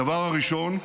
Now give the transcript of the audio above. הדבר הראשון: